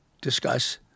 discuss